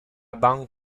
banque